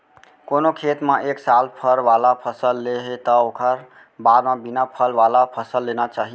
कोनो खेत म एक साल फर वाला फसल ले हे त ओखर बाद म बिना फल वाला फसल लेना चाही